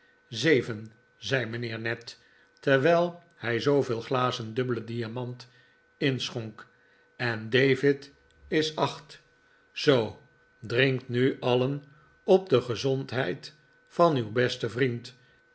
zeven zei mijnheer ned terwijl hij zooveel glazen dubbele diamant inschonk en david is acht zoo drinkt nu alien op de gezondheid van uw besten vriend